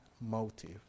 motive